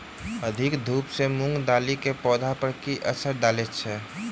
अधिक धूप सँ मूंग दालि केँ पौधा पर की असर डालय छै?